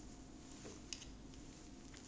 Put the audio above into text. yeah it was down my waist leh I cut half off leh